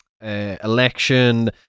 election